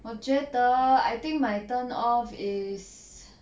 我觉得 I think my turn off is